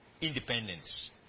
independence